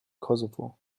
kosovo